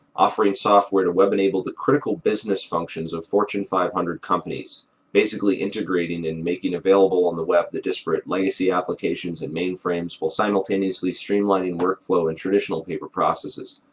offering software to web-enable the critical business functions of fortune five hundred companies basically integrating and making available on the web the disparate legacy applications and mainframes while simultaneously streamlining workflow and traditional paper processes,